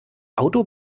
auto